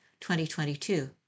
2022